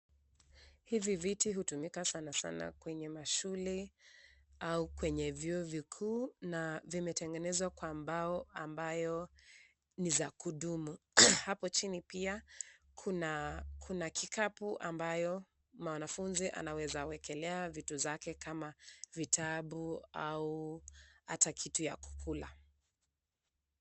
Hivi viti hutumika sana sana kwenye mashule au kwenye vyuo vikuu na vimetengenezwa kwa mbao ambayo ni za kudumu. Hapo chini pia, kuna kikapu ambayo mwanafunzi anaweza wekelea vitu zake kama vitabu au hata kitu ya kukula.